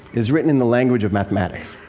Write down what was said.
is written in the language of mathematics.